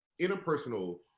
interpersonal